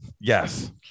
Yes